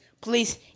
Please